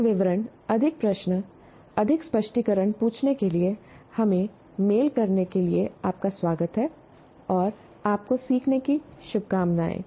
अधिक विवरण अधिक प्रश्न अधिक स्पष्टीकरण पूछने के लिए हमें मेल करने के लिए आपका स्वागत है और आपको सीखने की शुभकामनाएँ